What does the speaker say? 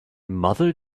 mother